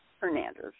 Hernandez